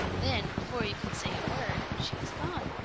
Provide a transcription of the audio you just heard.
then, before you can say a word, she is gone.